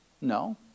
No